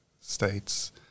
states